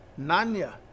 nanya